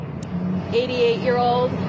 88-year-old